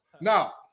Now